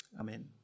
Amen